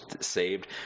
saved